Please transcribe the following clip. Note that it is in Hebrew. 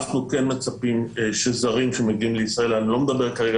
אנחנו מצפים שזרים שמגיעים לישראל אני לא מדבר כרגע,